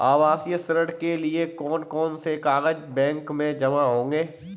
आवासीय ऋण के लिए कौन कौन से कागज बैंक में जमा होंगे?